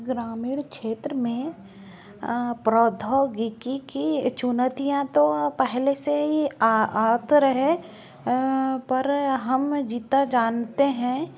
ग्रामीण क्षेत्र में प्रौद्योगिकी की चुनौतियाँ तो पहले से ही आ तो रहे पर हम जितना जानते हैं